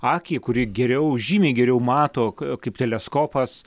akį kuri geriau žymiai geriau mato kaip teleskopas